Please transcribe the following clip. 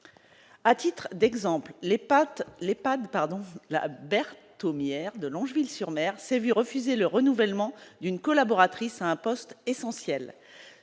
les pas de pardon Tom hier de Longeville-sur-Mer s'est vu refuser le renouvellement d'une collaboratrice à un poste essentiel